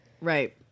Right